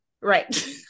Right